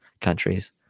countries